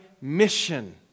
mission